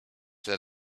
that